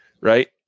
right